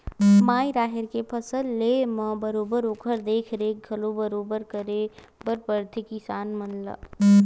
माई राहेर के फसल लेय म बरोबर ओखर देख रेख घलोक बरोबर करे बर परथे किसान मन ला